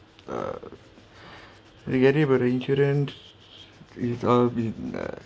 uh regarding about the insurance is uh is that